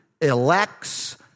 elects